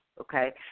okay